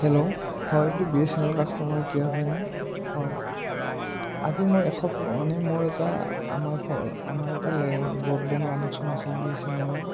hello হয় এইটো B S N L customer care হয়নে হয় আজি মোৰ এশ মানে মোৰ এটা আমাৰ ঘৰ আমাৰ এটা ব্ৰডবেণ্ড কানেকশ্যন আছিল বি এছ এন এলৰ